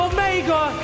Omega